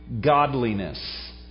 godliness